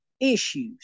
issues